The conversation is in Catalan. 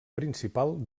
principal